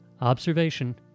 observation